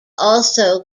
also